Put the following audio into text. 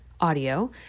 audio